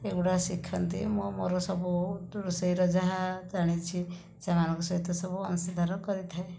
ଏ ଗୁଡ଼ା ଶିଖନ୍ତି ମୁଁ ମୋର ସବୁ ରୋଷେଇର ଯାହା ଜାଣିଛି ସେମାନଙ୍କ ସହିତ ସବୁ ଅଂଶୀଦାର କରିଥାଏ